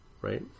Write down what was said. Right